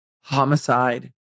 homicide